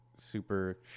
Super